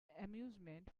amusement